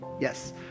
Yes